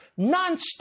nonstop